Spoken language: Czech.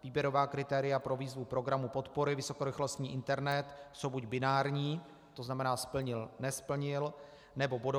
Výběrová kritéria pro výzvu programu podpory vysokorychlostní internet jsou buď binární, to znamená splnil nesplnil, nebo bodovací.